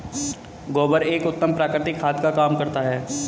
गोबर एक उत्तम प्राकृतिक खाद का काम करता है